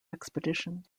expedition